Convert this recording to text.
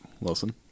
Wilson